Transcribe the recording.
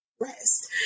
rest